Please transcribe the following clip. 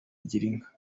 girinka